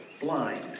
blind